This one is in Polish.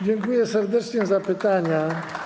Dziękuję serdecznie za pytania.